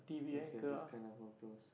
yes you've to scan the photos